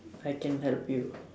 I can help you